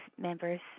members